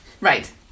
Right